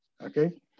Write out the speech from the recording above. Okay